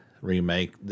Remake